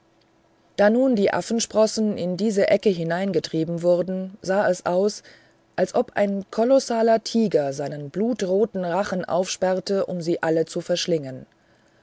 da nun die affensprossen in diese ecke hineingetrieben wurden sah es aus als ob ein kolossaler tiger seinen blutroten rachen aufsperrte um sie alle zu verschlingen